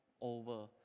over